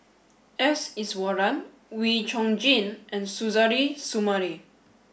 S Iswaran Wee Chong Jin and Suzairhe Sumari